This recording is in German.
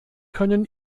können